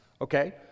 Okay